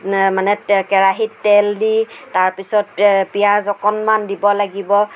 মানে তে কেৰাহীত তেল দি তাৰ পিছত পিঁয়াজ অকণমান দিব লাগিব